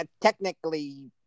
Technically